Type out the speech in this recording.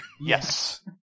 Yes